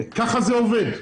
כך זה עובד.